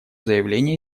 заявление